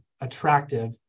attractive